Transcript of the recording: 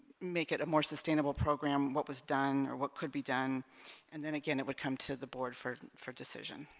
make it a more sustainable program what was done or what could be done and then again it would come to the board for for decision